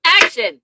Action